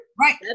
right